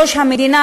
ראש הממשלה